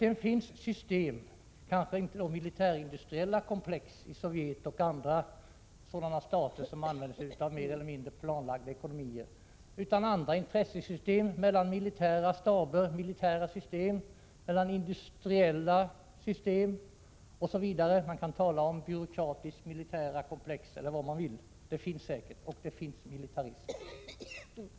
Sedan finns det system i Sovjet och andra stater, som använder mer eller mindre planlagda ekonomier, mellan militära staber, industriella system osv. — man kan tala om byråkratiskmilitära komplex snarare än militärindustriella om man så vill.